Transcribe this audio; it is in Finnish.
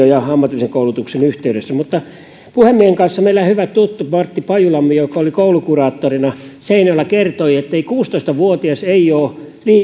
ja ammatillisen koulutuksen yhteydessä mutta puhemiehen kanssa meillä on hyvä tuttu martti pajulammi joka oli koulukuraattorina seinäjoella hän kertoi ettei kuusitoista vuotias ole